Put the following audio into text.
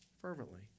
fervently